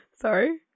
Sorry